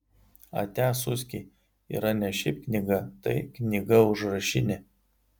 atia suskiai yra ne šiaip knyga tai knyga užrašinė